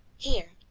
here,